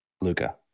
Luca